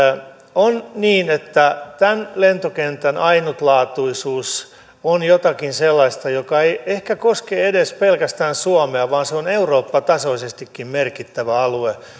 on niin että tämän lentokentän ainutlaatuisuus on jotakin sellaista joka ei ehkä koske edes pelkästään suomea vaan se on eurooppa tasoisestikin merkittävä alue